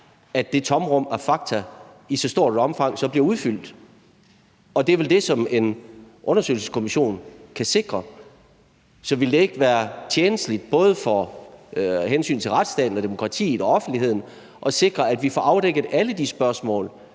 at det tomrum af fakta i så stort et omfang som muligt bliver udfyldt. Og det er vel det, som en undersøgelseskommission kan sikre. Så ville det ikke være tjenligt af hensyn til både retsstaten, demokratiet og offentligheden at sikre, at vi får afdækket alle de spørgsmål